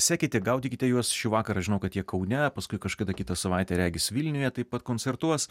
sekite gaudykite juos šį vakarą žinau kad jie kaune paskui kažkada kitą savaitę regis vilniuje taip pat koncertuos